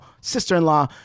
sister-in-law